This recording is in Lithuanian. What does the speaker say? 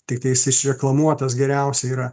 tiktais išreklamuotas geriausia yra